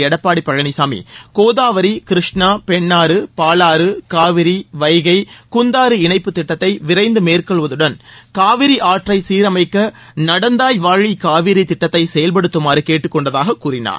எடப்பாடி பழனிசாமி கோதாவரி கிருஷ்ணா பெண்ணாறு பாலாறு காவிரி வைகை குந்தாறு இணைப்புத் திட்டத்தை விரைந்து மேற்கொள்வதுடன் காவிரி ஆற்றை சீரமைக்க நடந்தாய் வாழி காவிரி திட்டத்தை செயல்படுத்துமாறு கேட்டுக் கொண்டதாக கூறினார்